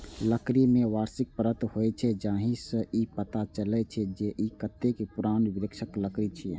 लकड़ी मे वार्षिक परत होइ छै, जाहि सं ई पता चलै छै, जे ई कतेक पुरान वृक्षक लकड़ी छियै